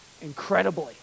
incredibly